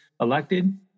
elected